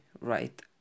right